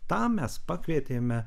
tam mes pakvietėme